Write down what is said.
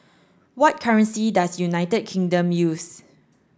what currency does United Kingdom use